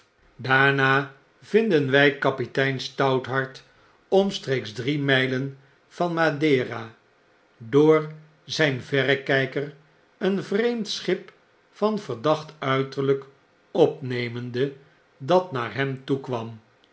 daarna vinden wjj kapitein stouthart omstreeks drie mylen van madeira door zijn verrekgker een vreemd schip van verdacht uit eriijk opnemende dat naar hem toe